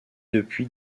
depuis